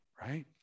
Right